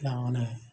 ତାମାନେ